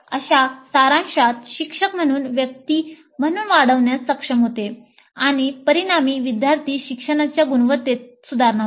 अशा सारांशात शिक्षक म्हणून व्यक्ति म्हणून वाढण्यास सक्षम होते आणि परिणामी विद्यार्थी शिक्षणाच्या गुणवत्तेत सुधारणा होते